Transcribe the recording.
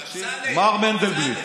אמסלם, אמסלם, מר מנדלבליט.